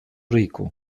rico